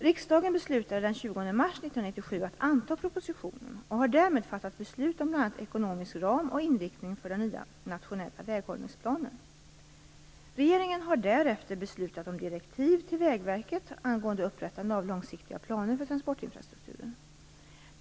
Riksdagen beslutade den 20 mars 1997 att anta propositionen och har därmed fattat beslut om bl.a. Regeringen har därefter beslutat om direktiv till Vägverket angående upprättande av långsiktiga planer för transportinfrastrukturen.